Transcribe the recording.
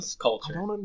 culture